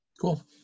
cool